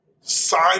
sign